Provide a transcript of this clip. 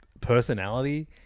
personality